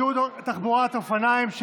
אנחנו עוברים להצעת חוק לעידוד תחבורת אופניים,